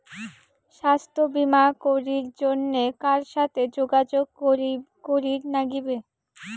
স্বাস্থ্য বিমা করির জন্যে কার সাথে যোগাযোগ করির নাগিবে?